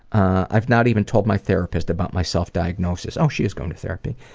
i've not even told my therapist about my self-diagnosis. oh, she is going to therapy.